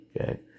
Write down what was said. Okay